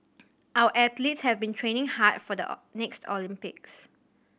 our athletes have been training hard for the next Olympics